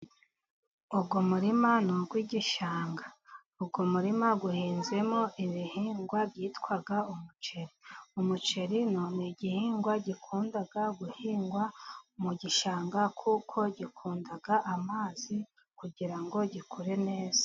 Uyu murima ni uw'igishanga. Uyu murima uhinzemo ibihingwa byitwa umuceri. Umuceri ni igihingwa gikunda guhingwa mu gishanga, kuko gikunda amazi kugira ngo gikure neza.